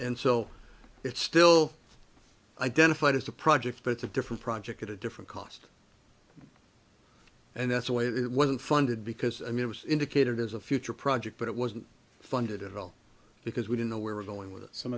and so it's still identified as a project but it's a different project at a different cost and that's why it wasn't funded because i mean it was indicated as a future project but it wasn't funded at all because we didn't know where we're going with some